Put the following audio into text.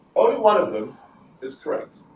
only one of them is correct